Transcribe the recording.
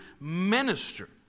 minister